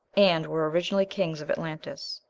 and were originally kings of atlantis.